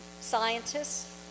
scientists